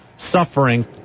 suffering